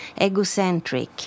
egocentric